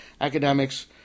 academics